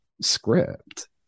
script